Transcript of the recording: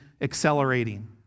accelerating